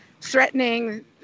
threatening